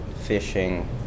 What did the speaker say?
fishing